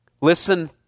Listen